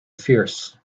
fierce